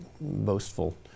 boastful